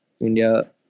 India